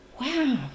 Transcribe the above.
Wow